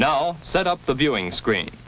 now set up the viewing screen